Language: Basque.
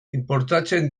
inportatzen